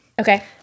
Okay